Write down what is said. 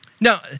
Now